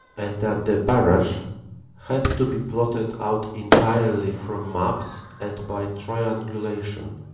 and that the barrage had to be plotted out entirely from rnaps and by triangulation.